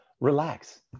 relax